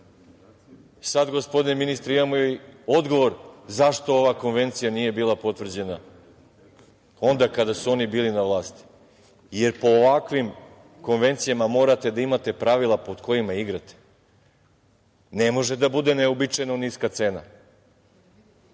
njih. Sad, gospodine ministre, imamo i odgovor zašto ova konvencija nije bila potvrđena onda kada su oni bili na vlasti, jer po ovakvim konvencijama morate da imate pravila pod kojima igrate. Ne može da bude neuobičajeno niska cena.